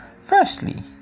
Firstly